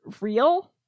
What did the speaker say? real